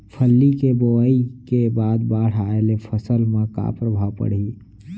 फल्ली के बोआई के बाद बाढ़ आये ले फसल मा का प्रभाव पड़ही?